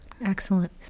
Excellent